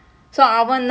mm